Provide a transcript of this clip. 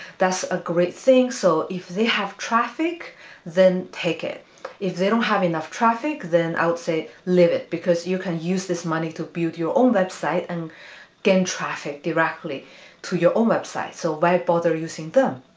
that's a great thing so if they have traffic then take it if they don't have enough traffic then i'll say live it because you can use this money to build your own website and gain, traffic directly to your own website. so why bother using them?